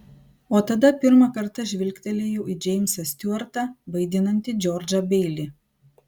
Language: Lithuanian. o tada pirmą kartą žvilgtelėjau į džeimsą stiuartą vaidinantį džordžą beilį